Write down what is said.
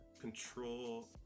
control